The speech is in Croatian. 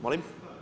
Molim?